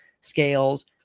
scales